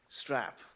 strap